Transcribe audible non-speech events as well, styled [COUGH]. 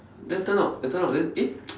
then turn out I turn out then eh [NOISE]